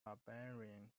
barbarians